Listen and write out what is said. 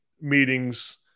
meetings